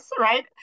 right